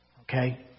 Okay